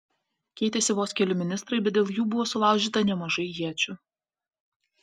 keitėsi vos keli ministrai bet dėl jų buvo sulaužyta nemažai iečių